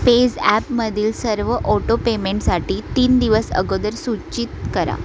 पेझॲपमधील सर्व ओटोपेमेंटसाठा तीन दिवस अगोदर सूचित करा